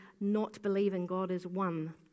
not-believing-God-is-one